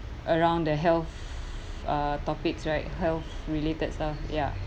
around the health uh topics right health related stuff ya